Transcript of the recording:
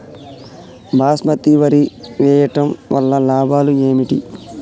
బాస్మతి వరి వేయటం వల్ల లాభాలు ఏమిటి?